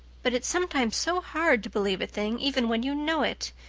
but it's sometimes so hard to believe a thing even when you know it.